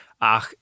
Ach